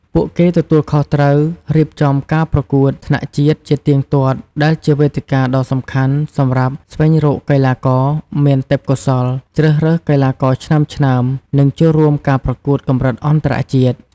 ពួកគេទទួលខុសត្រូវរៀបចំការប្រកួតថ្នាក់ជាតិជាទៀងទាត់ ដែលជាវេទិកាដ៏សំខាន់សម្រាប់ ស្វែងរកកីឡាករមានទេពកោសល្យ ជ្រើសរើសកីឡាករឆ្នើមៗ និងចូលរួមការប្រកួតកម្រិតអន្តរជាតិ។